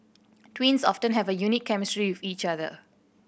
twins often have a unique chemistry with each other